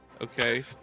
okay